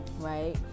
right